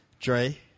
Dre